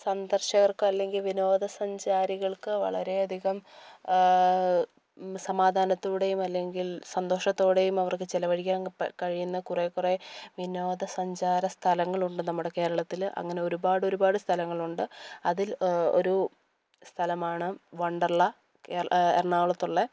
സന്ദർശകർക്ക് അല്ലെങ്കിൽ വിനോദസഞ്ചാരികൾക്ക് വളരെ അധികം സമാധാനത്തോടെയും അല്ലെങ്കിൽ സന്തോഷത്തോടെയും അവർക്ക് ചിലവഴിക്കാൻ കഴിയുന്ന കുറേ കുറേ വിനോദസഞ്ചാര സ്ഥലങ്ങൾ ഉണ്ട് നമ്മുടെ കേരളത്തിൽ അങ്ങനെ ഒരുപാട് ഒരുപാട് സ്ഥലങ്ങൾ ഉണ്ട് അതിൽ ഒരൂ സ്ഥലമാണ് വണ്ടർലാ എറണാകുളത്തുള്ള